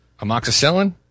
Amoxicillin